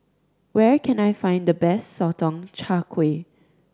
where can I find the best Sotong Char Kway